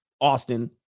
Austin